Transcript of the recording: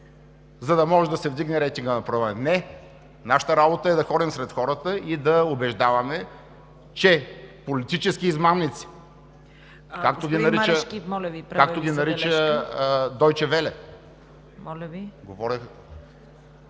за да може да се вдигне рейтингът на парламента?! Не. Нашата работа е да ходим сред хората и да убеждаваме, че политически измамници, както Ви нарича „Дойче веле“…